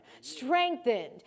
strengthened